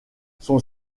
son